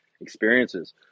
experiences